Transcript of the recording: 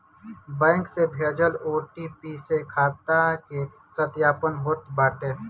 bank से भेजल OTP से खाता के सत्यापन होत बाटे